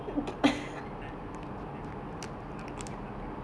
dah kecik tak ada isi then selepas itu tulang dia besar kat dalam